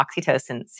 oxytocin